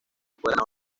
escuela